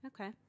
Okay